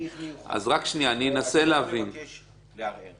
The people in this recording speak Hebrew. אבל יש הליך מיוחד שאדם מבקש לערער.